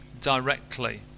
directly